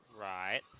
Right